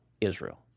Israel